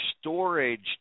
storage